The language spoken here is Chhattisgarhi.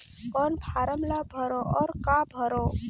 कौन फारम ला भरो और काका भरो?